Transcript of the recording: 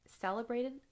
celebrated